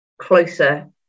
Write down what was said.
closer